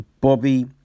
Bobby